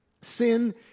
Sin